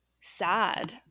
sad